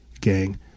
gang